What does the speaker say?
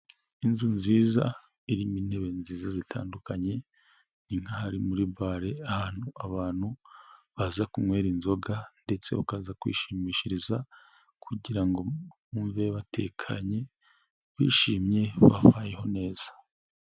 Inzu nziza irimo intebe nziza zitandukanye, ni nkaho ari muri bare, ahantu abantu baza kunywera inzoga ndetse bakaza kwishimishiriza kugira bumve batekanye, bishimye, wabayeho neza.